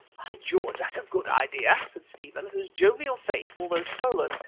by george! that's a good idea, said stephen whose jovial face, although swollen,